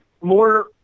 more